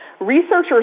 Researchers